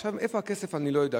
עכשיו, איפה הכסף אני לא יודע.